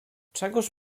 czegóż